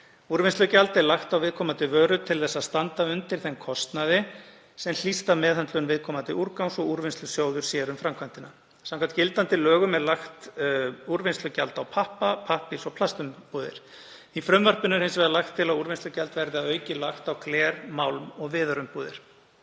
Úrvinnslugjald er lagt á viðkomandi vöru til að standa undir þeim kostnaði sem hlýst af meðhöndlun viðkomandi úrgangs og Úrvinnslusjóður sér um framkvæmdina. Samkvæmt gildandi lögum er lagt úrvinnslugjald á pappa-, pappírs- og plastumbúðir. Í frumvarpinu er hins vegar lagt til að úrvinnslugjald verði að auki lagt á gler-, málm- og viðarumbúðir.